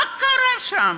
מה קרה שם?